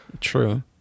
True